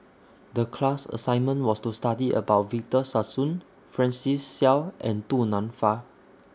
The class assignment was to study about Victor Sassoon Francis Seow and Du Nanfa